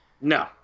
No